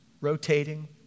rotating